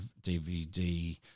DVD